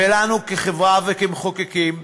ולנו, כחברה וכמחוקקים,